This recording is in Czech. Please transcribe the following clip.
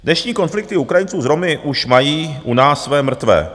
Dnešní konflikty Ukrajinců s Romy už mají u nás své mrtvé.